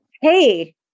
hey